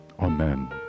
Amen